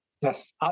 Yes